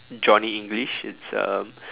Johnny English it's um